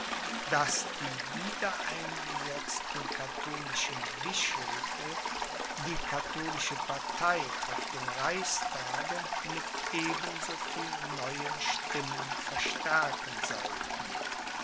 daß die wiedereingesetzten katholischen bischöfe die katholische partei auf dem reichstage mit eben so viel neuen stimmen verstärken sollten